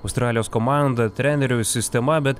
australijos komanda treneriu ir sistema bet